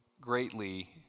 greatly